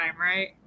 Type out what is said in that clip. right